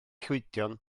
llwydion